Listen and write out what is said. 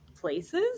places